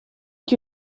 que